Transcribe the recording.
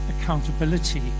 accountability